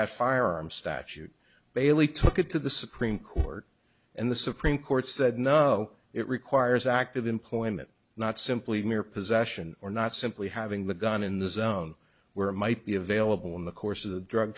that firearm statute bailey took it to the supreme court and the supreme court said no it requires active employment not simply mere possession or not simply having the gun in the zone where it might be available in the course